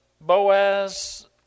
Boaz